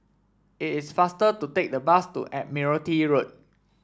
it is faster to take the bus to Admiralty Road